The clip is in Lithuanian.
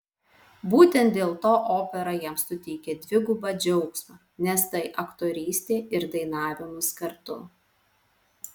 būtent dėl to opera jam suteikia dvigubą džiaugsmą nes tai aktorystė ir dainavimas kartu